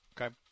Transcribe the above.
Okay